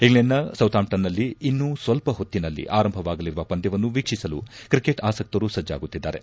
ಇಂಗ್ಲೆಂಡ್ನ ಸೌತಾಂಪ್ಟನ್ನ ರೋಸ್ಬೌಲ್ ಕ್ರೀಡಾಂಗಣದಲ್ಲಿ ಇನ್ನೂ ಸ್ವಲ್ಪ ಹೊತ್ತಿನಲ್ಲಿ ಆರಂಭವಾಗಲಿರುವ ಪಂದ್ಯವನ್ನು ವೀಕ್ಷಿಸಲು ಕ್ರಿಕೆಟ್ ಆಸಕ್ತರು ಸಜ್ಜಾಗುತ್ತಿದ್ದಾರೆ